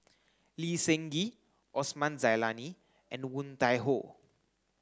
Lee Seng Gee Osman Zailani and Woon Tai Ho